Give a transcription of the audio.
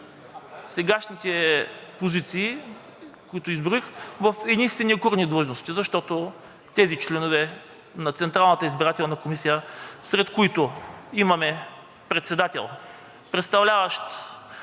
сегашните позиции, които изброих, в едни синекурни длъжности, защото тези членове на Централната избирателна комисия, сред които имаме председател, предложен